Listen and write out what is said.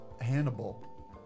Hannibal